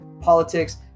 politics